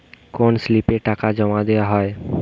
কোন স্লিপে টাকা জমাদেওয়া হয়?